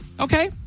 Okay